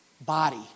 body